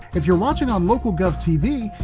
if you're watching on local golf tv,